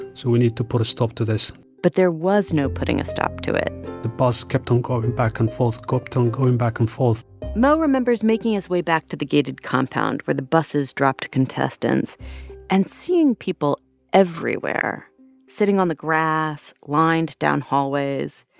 so we need to put a stop to this but there was no putting a stop to it the bus kept on going back and forth, kept on going back and forth mo remembers making his way back to the gated compound where the buses dropped contestants and seeing people everywhere sitting on the grass lined down hallways.